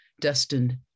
destined